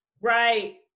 right